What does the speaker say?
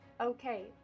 Okay